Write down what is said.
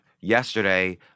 yesterday